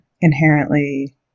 inherently